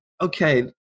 okay